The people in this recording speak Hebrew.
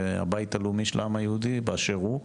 והבית הלאומי של העם היהודי באשר הוא,